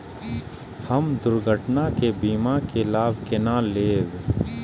हम दुर्घटना के बीमा के लाभ केना लैब?